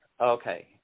Okay